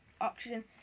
oxygen